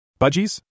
Budgies